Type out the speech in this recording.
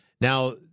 Now